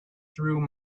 through